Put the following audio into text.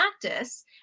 practice